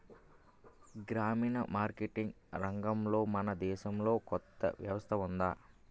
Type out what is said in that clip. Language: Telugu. గ్రామీణ ఈమార్కెటింగ్ రంగంలో మన దేశంలో కొత్త వ్యవస్థ ఉందా?